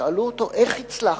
שאלו אותו: איך הצלחת?